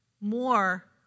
more